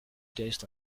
days